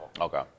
Okay